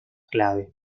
clave